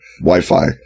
wi-fi